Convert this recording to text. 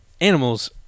animals